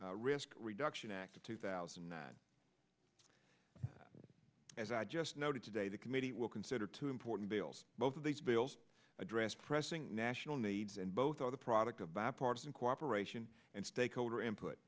risk reduction act of two thousand that as i just noted today the committee will consider two important bills both of these bills address pressing national needs and both are the product of bipartisan cooperation and stakeholder input